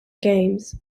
games